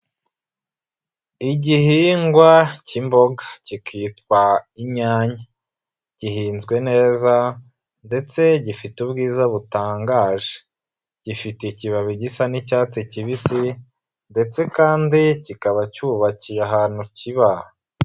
Igihingwa cy'imboga kikitwa inyanya. Gihinzwe neza ndetse gifite ubwiza butangaje. Gifite ikibabi gisa n'icyatsi kibisi ndetse kandi kikaba cyubakiye ahantu kiba.